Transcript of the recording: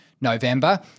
November